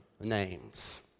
names